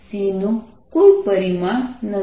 C નું કોઈ પરિમાણ નથી